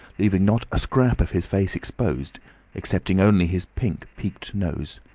leaving not a scrap of his face exposed excepting only his pink, peaked nose.